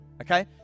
Okay